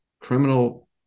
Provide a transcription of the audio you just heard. criminal